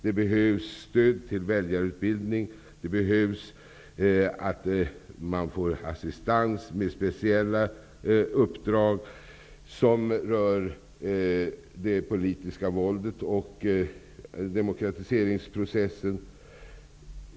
Det behövs stöd till väljarutbildning. Man behöver assistans med speciella uppdrag som rör det politiska våldet och demokratiseringsprocessen.